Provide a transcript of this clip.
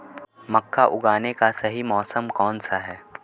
मक्का उगाने का सही मौसम कौनसा है?